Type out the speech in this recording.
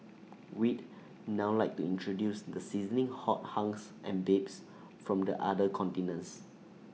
we'd now like to introduce the sizzling hot hunks and babes from the other contingents